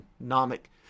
economic